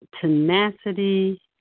tenacity